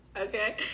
Okay